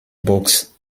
books